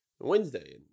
Wednesday